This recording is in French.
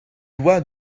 loi